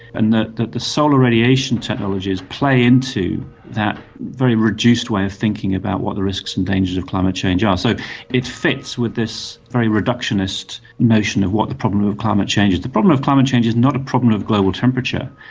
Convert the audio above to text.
and that the the solar radiation technologies play into that very reduced way of thinking about what the risks and dangers of climate change ah so it fits with this very reductionist notion of what the problem of of climate change is. the problem of climate change is not a problem of global temperature.